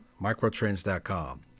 Microtrends.com